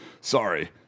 Sorry